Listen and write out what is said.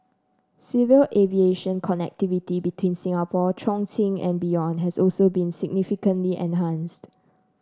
civil aviation connectivity between Singapore Chongqing and beyond has also been significantly enhanced